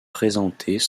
présentées